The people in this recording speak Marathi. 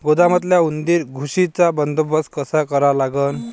गोदामातल्या उंदीर, घुशीचा बंदोबस्त कसा करा लागन?